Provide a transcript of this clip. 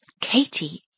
Katie